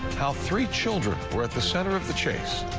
how three children were at the center of the chase.